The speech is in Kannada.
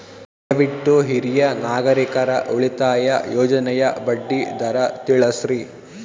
ದಯವಿಟ್ಟು ಹಿರಿಯ ನಾಗರಿಕರ ಉಳಿತಾಯ ಯೋಜನೆಯ ಬಡ್ಡಿ ದರ ತಿಳಸ್ರಿ